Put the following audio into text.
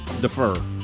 defer